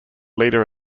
leader